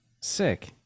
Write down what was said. Sick